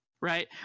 right